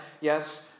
yes